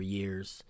years